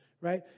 right